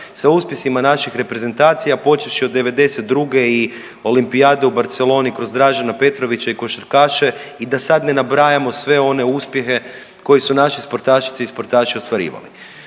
sa uspjesima naših reprezentacija počevši od '92. i Olimpijade u Barceloni kroz Dražena Petrovića i košarkaše i da sad ne nabrajamo sve one uspjehe koje su naše sportašice i sportaši ostvarivali.